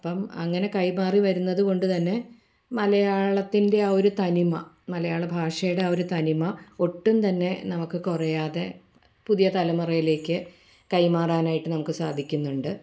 അപ്പം അങ്ങനെ കൈമാറി വരുന്നത് കൊണ്ടുതന്നെ മലയാളത്തിൻ്റെ ആ ഒരു തനിമ മലയാളഭാഷയുടെ ആ ഒരു തനിമ ഒട്ടും തന്നെ നമക്ക് കുറയാതെ പുതിയ തലമുറയിലേക്ക് കൈമാറാനായിട്ട് നമുക്ക് സാധിക്കുന്നുണ്ട്